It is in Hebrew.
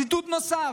ציטוט נוסף: